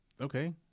Okay